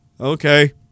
Okay